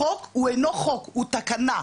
זה לא חוק הוא תקנה.